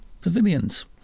Pavilions